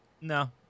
No